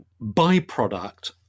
byproduct